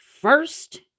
first